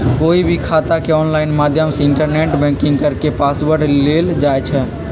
कोई भी खाता के ऑनलाइन माध्यम से इन्टरनेट बैंकिंग करके पासवर्ड लेल जाई छई